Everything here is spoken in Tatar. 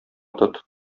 тот